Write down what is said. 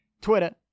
Twitter